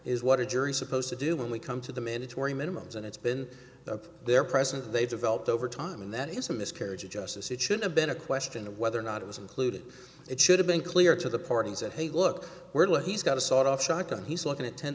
is what a jury supposed to do when we come to the mandatory minimums and it's been their presence they've developed over time and that is a miscarriage of justice it should have been a question of whether or not it was included it should have been clear to the parties that hey look we're like he's got a sawed off shotgun he's looking at ten